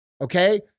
okay